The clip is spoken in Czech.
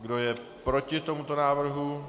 Kdo je proti tomuto návrhu?